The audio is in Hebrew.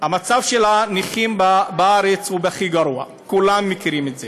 מצב הנכים בארץ הוא בכי רע, כולם יודעים את זה,